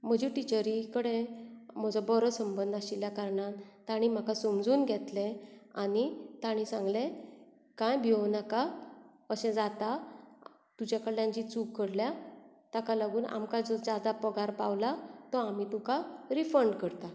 म्हजे टिचरी कडेन म्हजे बरो संबंद आशिल्ल्या कारणान तांणी म्हाका समजून घेतलें आनी ताणें सांगलें कांय भियोव नाका अशें जाता तुज्या कडल्यान जी चूक घडल्या ताका लागून आमकां जो जादा पगार पावलां तो आमी तुका रिफन्ड करतां